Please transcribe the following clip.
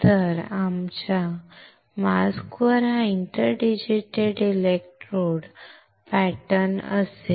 तर आमच्या मास्कवर हा इंटर डिजीटेटेड इलेक्ट्रोड पॅटर्न असेल